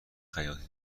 خیاطی